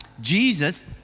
Jesus